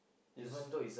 is